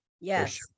Yes